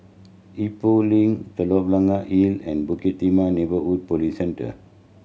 Expo Link Telok Blangah Hill and Bukit Timah Neighbourhood Police Centre